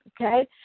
okay